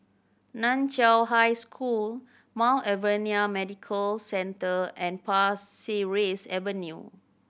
Nan Chiau High School Mount Alvernia Medical Centre and Pasir Ris Avenue